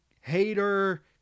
hater